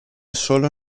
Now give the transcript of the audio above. solo